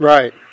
Right